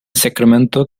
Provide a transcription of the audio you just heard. sacramento